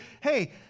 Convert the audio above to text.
hey